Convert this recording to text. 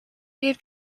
gave